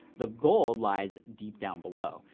the gold lies deep down below.